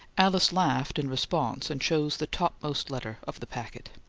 alice laughed in response, and chose the topmost letter of the packet.